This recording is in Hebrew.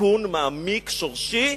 לתיקון מעמיק ושורשי,